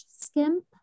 skimp